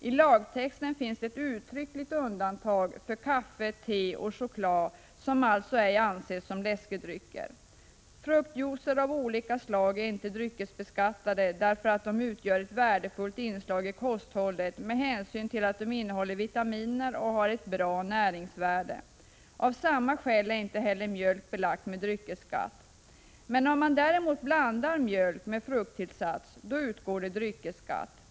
I lagtexten finns ett uttryckligt undantag för kaffe, te och choklad, som alltså ej anses som läskedrycker. Fruktjuicer av olika slag är inte dryckesbeskattade därför att de utgör ett värdefullt inslag i kosthållet med hänsyn till att de innehåller vitaminer och har ett bra näringsvärde. Av samma skäl är inte heller mjölk belagd med dryckesskatt. Men om man däremot blandar mjölk med frukttillsats, då utgår Prot. 1986/87:134 det dryckesskatt.